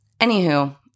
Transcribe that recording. anywho